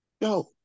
yo